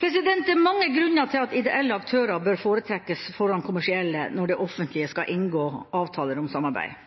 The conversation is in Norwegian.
Det er mange grunner til at ideelle aktører bør foretrekkes foran kommersielle når det offentlige skal inngå avtaler om samarbeid.